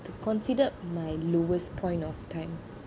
considered my lowest point of time